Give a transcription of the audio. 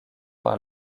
par